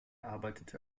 arbeitete